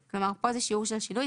הבסיסי,